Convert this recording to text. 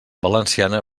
valenciana